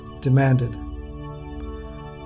demanded